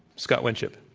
scott winship.